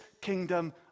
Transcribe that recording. kingdom